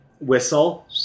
whistle